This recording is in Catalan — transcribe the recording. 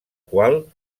qual